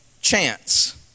chance